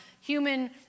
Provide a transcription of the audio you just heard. human